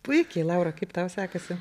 puikiai laura kaip tau sekasi